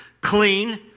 clean